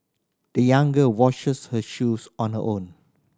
the young girl washes her shoes on her own